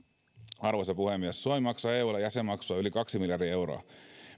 arvoisa puhemies suomi maksaa eulle jäsenmaksua yli kaksi miljardia euroa